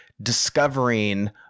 discovering